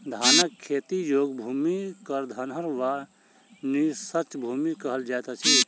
धानक खेती योग्य भूमि क धनहर वा नीचाँस भूमि कहल जाइत अछि